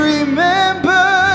Remember